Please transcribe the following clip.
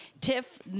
Tiff